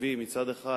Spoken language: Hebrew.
התקציבי מצד אחד